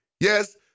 Yes